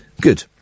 good